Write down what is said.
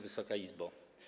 Wysoka Izbo!